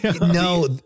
No